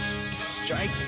Strike